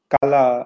Kala